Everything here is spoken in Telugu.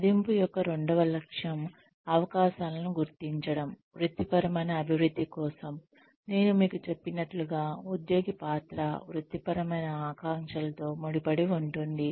మదింపు యొక్క రెండవ లక్ష్యం అవకాశాలను గుర్తించడం వృత్తిపరమైన అభివృద్ధి కోసం నేను మీకు చెప్పినట్లుగా ఉద్యోగి పాత్ర వృత్తిపరమైన ఆకాంక్షలతో ముడిపడి ఉంటుంది